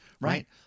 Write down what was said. Right